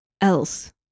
else